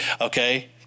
okay